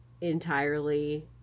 entirely